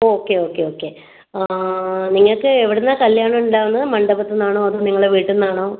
okay okay okay നിങ്ങൾക്ക് എവിടെ നിന്നാണ് കല്ല്യാണം ഉണ്ടാവുന്നത് മണ്ഡപത്തിൽ നിന്നാണോ അതോ നിങ്ങളെ വീട്ടിൽ നിന്നാണോ